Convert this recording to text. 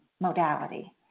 modality